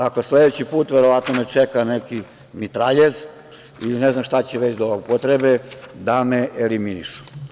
Dakle, sledeći put verovatno me čeka neki mitraljez ili ne znam šta će već da upotrebe da me eliminišu.